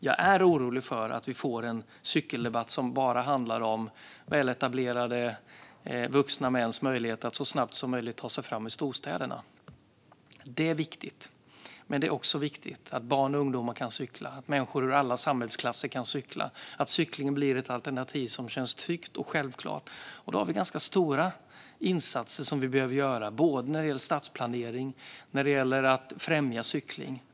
Jag är orolig för att vi får en cykeldebatt som bara handlar om väletablerade vuxna mäns möjligheter att så snabbt som möjligt ta sig fram i storstäderna. Det är viktigt. Men det är också viktigt att barn och ungdomar kan cykla, att människor ur alla samhällsklasser kan cykla, att cykling blir ett alternativ som känns tryggt och självklart. Stora insatser behöver göras för stadsplanering och för att främja cykling.